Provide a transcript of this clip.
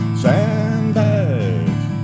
sandbags